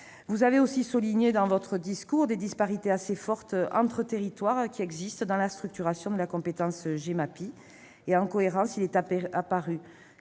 Vous l'avez souligné dans votre discours, des disparités assez fortes entre territoires existent dans la structuration de la compétence Gemapi. Par cohérence, il est